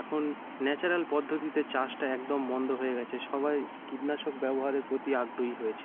এখন ন্যাচারাল পদ্ধতিতে চাষটা একদম বন্ধ হয়ে গেছে সবাই কীটনাশক ব্যবহারের প্রতি আগ্রহী হয়েছে